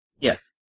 Yes